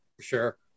sure